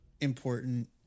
important